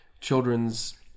children's